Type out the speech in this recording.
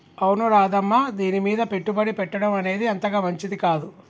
అవును రాధమ్మ దీనిమీద పెట్టుబడి పెట్టడం అనేది అంతగా మంచిది కాదు